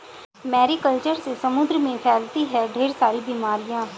Mary culture से समुद्र में फैलती है ढेर सारी बीमारियां